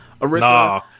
Arisa